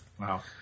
Wow